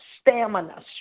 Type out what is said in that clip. stamina